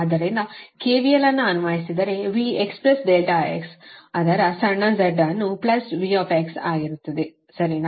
ಆದ್ದರಿಂದ KVL ಅನ್ನು ಅನ್ವಯಿಸಿದರೆ V x ∆x ಅದರ ಸಣ್ಣ Z ಅನ್ನು ಪ್ಲಸ್ V ಆಗಿರುತ್ತದೆ ಸರಿನಾ